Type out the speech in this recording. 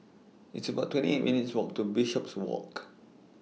It's about twenty eight minutes' Walk to Bishopswalk